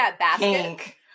pink